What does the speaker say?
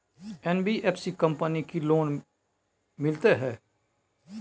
NBFC company की loan मिलते है?